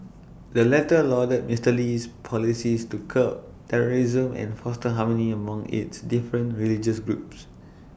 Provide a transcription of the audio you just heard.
the latter lauded Mister Lee's policies to curb terrorism and foster harmony among its different religious groups